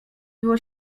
było